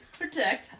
protect